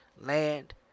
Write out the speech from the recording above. land